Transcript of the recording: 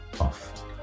off